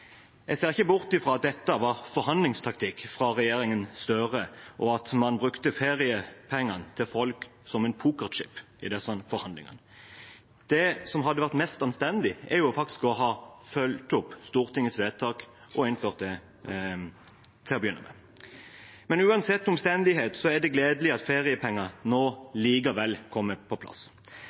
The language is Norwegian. dette var forhandlingstaktikk fra regjeringen Støre, og at man brukte feriepengene til folk som en «poker chip» i disse forhandlingene. Det som hadde vært mest anstendig, var faktisk å ha fulgt opp Stortingets vedtak og innført dette til å begynne med. Men uansett omstendighet er det gledelig at feriepenger nå likevel kommer på plass.